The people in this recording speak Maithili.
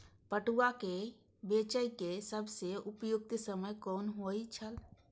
पटुआ केय बेचय केय सबसं उपयुक्त समय कोन होय छल?